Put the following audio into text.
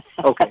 Okay